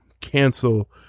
cancel